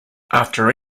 after